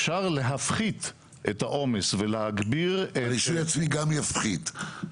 אפשר להפחית את העומס ולהגביר --- הרישוי העצמי גם יפחית.